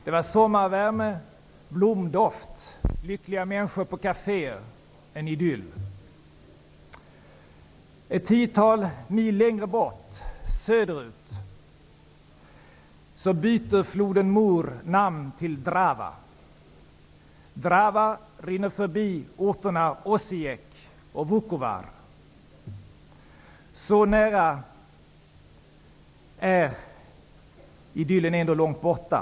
Där var det sommarvärme, blomdoft och lyckliga människor på kaféer. Det var en idyll. Ett tiotal mil längre bort, söderut, ändras floden Murs namn till Drava. Drava rinner förbi orterna Osiek och Vuokovar. Så nära är idyllen ändå långt borta.